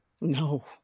No